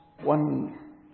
one